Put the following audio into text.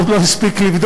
הוא עוד לא הספיק לבדוק,